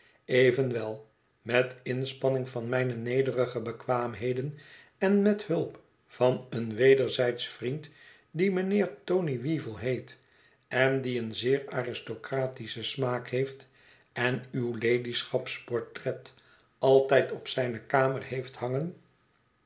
evenwel met inspanning van mijne nederige bekwaamheden en met hulp van een wederzijdsch vriend die mijnheer tony weevle heet en die een zeer aristocratischen smaak heeft en uw ladyschaps portret altijd op zijne kamer heeft hangen